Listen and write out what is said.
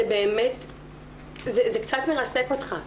זה קצת מרסק אותך.